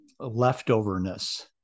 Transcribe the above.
leftoverness